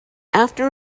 after